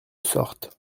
sorte